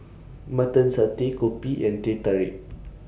Mutton Satay Kopi and Teh Tarik